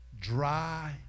dry